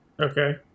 Okay